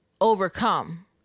overcome